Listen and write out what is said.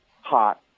hot